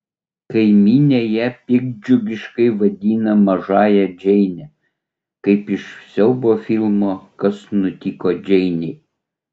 kaimynė ją piktdžiugiškai vadina mažąja džeine kaip iš siaubo filmo kas nutiko džeinei